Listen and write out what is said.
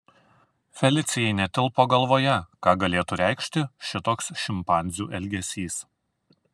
felicijai netilpo galvoje ką galėtų reikšti šitoks šimpanzių elgesys